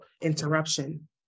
interruption